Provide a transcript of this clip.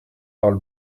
parle